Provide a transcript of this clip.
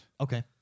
Okay